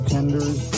Tenders